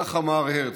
כך אמר הרצל.